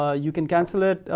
ah you can cancel it.